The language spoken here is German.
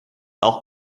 auch